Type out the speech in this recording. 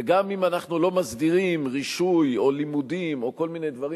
וגם אם אנחנו לא מסדירים רישוי או לימודים או כל מיני דברים